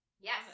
Yes